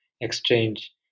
exchange